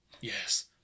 Yes